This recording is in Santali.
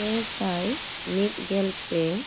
ᱯᱮᱥᱟᱭ ᱢᱤᱫᱜᱮᱞ ᱯᱮ